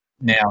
Now